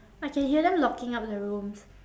I can hear them locking up the rooms